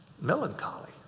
melancholy